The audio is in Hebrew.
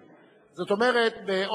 כלומר, כמו